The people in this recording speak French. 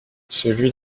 celui